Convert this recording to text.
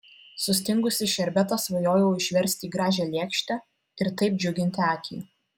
sustingusį šerbetą svajojau išversti į gražią lėkštę ir taip džiuginti akį